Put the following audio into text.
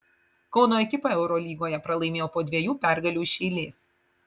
kauno ekipa eurolygoje pralaimėjo po dviejų pergalių iš eilės